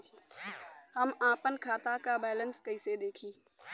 हम आपन खाता क बैलेंस कईसे देखी?